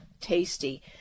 tasty